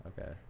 Okay